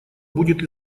будет